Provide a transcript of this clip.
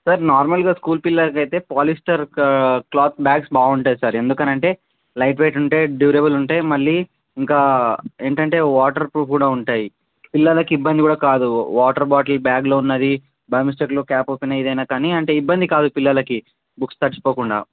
sir నార్మల్గా school పిల్లలకి అయితే పోలిస్టర్ క్లాత్ బ్యాగ్స్ బాగుంటాయి సార్ ఎందుకని అంటే లైట్ వెయిట్ ఉంటాయి డ్యూరెబల్ ఉంటాయి మళ్ళీ ఇంకా ఏంటి అంటే వాటర్ ప్రూఫ్ కూడా ఉంటాయి పిల్లలకి ఇబ్బంది కూడా కాదు వాటర్ బాటిల్ బ్యాగ్లో ఉన్నది బై మిస్టేక్లో క్యాప్ ఓపెన్ ఏదైనా కాని అంటే ఇబ్బంది కాదు పిల్లలకి బుక్స్ తడిసిపోకుండా